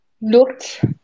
looked